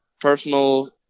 personal